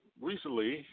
recently